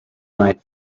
night